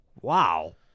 Wow